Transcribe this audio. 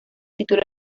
título